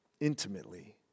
intimately